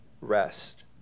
rest